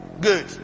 Good